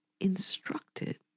instructed